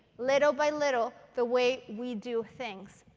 little by little, the way we do things.